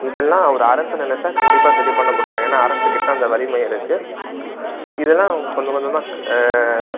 இதெல்லாம் ஒரு அரசு நினச்சா கண்டிப்பா சரி பண்ண முடியும் ஏன்னா அரசுக்கிட்ட அந்த வலிமை இருக்குது இதெல்லாம் அவங்க கொஞ்சம் கொஞ்சமாக